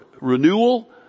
renewal